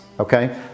Okay